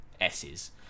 Ss